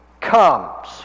comes